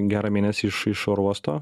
gerą mėnesį iš iš oro uosto